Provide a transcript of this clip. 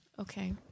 Okay